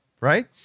right